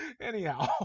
Anyhow